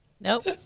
Nope